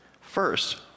First